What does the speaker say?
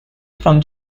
from